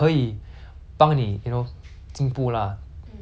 ya that I hope to see that happen lah but then hor